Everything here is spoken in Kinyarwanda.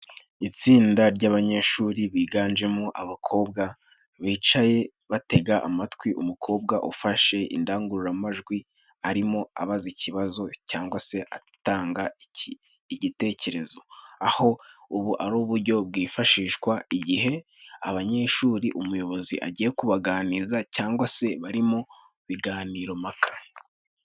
Itsinda ry'abanyeshuri biganjemo abakobwa bicaye batega amatwi umukobwa ufashe indangururamajwi arimo abaza ikibazo cyangwa se atanga igitekerezo aho ubu ari uburyo bwifashishwa igihe abanyeshuri umuyobozi agiye kubaganiriza cyangwa se bari mu biganiro mpaka.